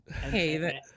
hey